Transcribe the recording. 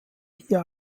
hier